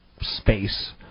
space